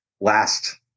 last